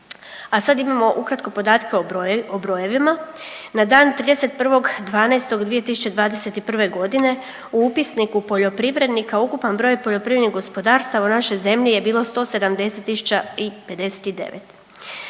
A sad imamo ukratko podatke o brojevima. Na dan 31.12.2021. g. u Upisniku poljoprivrednika ukupan broj poljoprivrednih gospodarstava u našoj zemlji je bilo 170 059.